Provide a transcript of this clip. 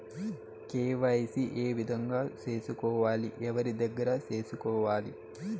KYC ఏ విధంగా సేసుకోవాలి? ఎవరి దగ్గర సేసుకోవాలి?